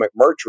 McMurtry